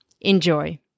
Enjoy